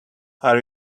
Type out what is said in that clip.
are